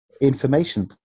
information